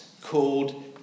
called